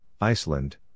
Iceland